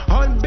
on